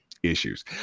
issues